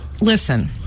Listen